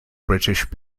british